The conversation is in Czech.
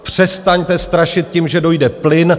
Přestaňte strašit tím, že dojde plyn.